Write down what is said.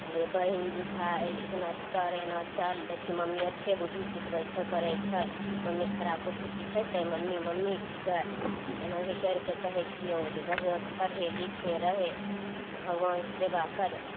जे बहिन भाय एना कर एना चल देखही मम्मी अच्छे बुद्धि सिखबय छौ करय छै मम्मी खराब बुद्धि सिखयतै मम्मी मम्मी छिकै एनाही करिके कहय छियौ जे बढ़िआँसँ पढ़य लिखय रहय आओर भगवानके सेवा करय